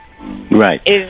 Right